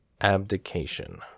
Abdication